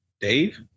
Dave